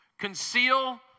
Conceal